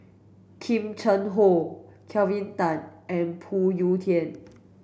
Kim Cheng Hoe Kelvin Tan and Phoon Yew Tien